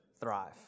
thrive